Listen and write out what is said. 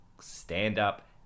stand-up